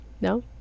No